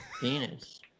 penis